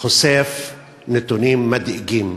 חושף נתונים מדאיגים,